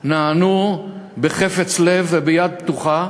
נענו בחפץ לב וביד פתוחה,